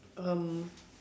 um